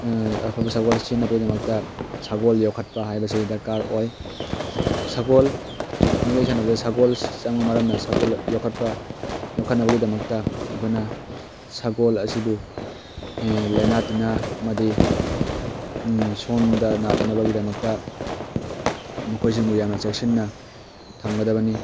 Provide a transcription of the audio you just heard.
ꯑꯐꯕ ꯁꯒꯣꯜ ꯁꯤꯖꯤꯟꯅꯕꯒꯤꯗꯃꯛꯇ ꯁꯒꯣꯜ ꯌꯣꯛꯈꯠꯄ ꯍꯥꯏꯕꯁꯤ ꯗꯔꯀꯥꯔ ꯑꯣꯏ ꯁꯒꯣꯜ ꯀꯥꯡꯖꯩ ꯁꯥꯟꯅꯕꯗ ꯁꯒꯣꯜ ꯆꯪꯕ ꯃꯔꯝꯅ ꯁꯒꯣꯜ ꯌꯣꯛꯈꯠꯄ ꯌꯣꯠꯈꯠꯅꯕꯒꯤꯗꯃꯛꯇ ꯑꯩꯈꯣꯏꯅ ꯁꯒꯣꯜ ꯑꯁꯤꯕꯨ ꯂꯩꯅꯥ ꯇꯤꯟꯅꯥ ꯑꯃꯗꯤ ꯁꯣꯟꯗ ꯅꯥꯗꯅꯕꯒꯤꯗꯃꯛꯇ ꯃꯈꯣꯏꯁꯤꯡꯕꯨ ꯌꯥꯝꯅ ꯆꯦꯛꯁꯤꯟꯅ ꯊꯝꯒꯗꯕꯅꯤ